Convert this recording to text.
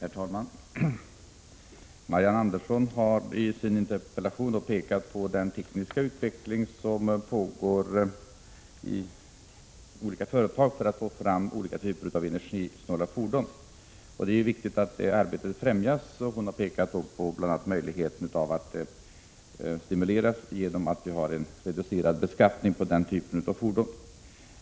Herr talman! Marianne Andersson har i sin interpellation pekat på den tekniska utveckling som pågår i vissa företag för att få fram olika typer av energisnåla fordon. Hon anser att det är viktigt att detta arbete främjas och framhåller bl.a. möjligheten att stimulera arbetet genom reducerad beskattning av den här sortens fordon.